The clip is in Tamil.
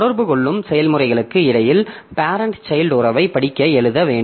தொடர்பு கொள்ளும் செயல்முறைகளுக்கு இடையில் பேரெண்ட் சைல்ட் உறவைப் படிக்க எழுத வேண்டும்